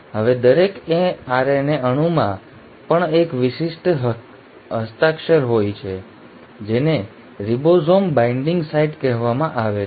તેથી હવે દરેક RNA અણુમાં પણ એક વિશિષ્ટ હસ્તાક્ષર હોય છે જેને રિબોસોમ બાઇન્ડિંગ સાઇટ કહેવામાં આવે છે